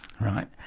right